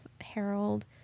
Harold